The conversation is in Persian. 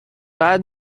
بعد